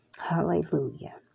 Hallelujah